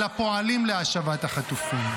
אלא פועלים להשבת החטופים.